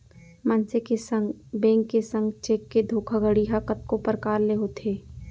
मनसे के संग, बेंक के संग चेक के धोखाघड़ी ह कतको परकार ले होथे